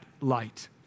light